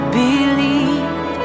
believe